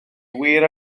wir